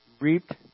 reaped